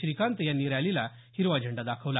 श्रीकांत यांनी रॅलीला हिरवा झेंडा दाखवला